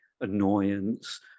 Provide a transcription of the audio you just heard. annoyance